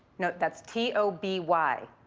no, that's t o b y,